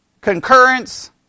concurrence